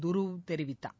துருவ் தெரிவித்தார்